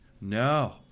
No